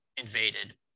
Invaded